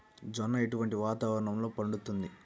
జొన్న ఎటువంటి వాతావరణంలో పండుతుంది?